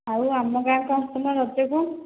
ଆଉ ଆମ ଗାଁକୁ ଆସୁନ ରଜକୁ